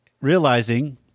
Realizing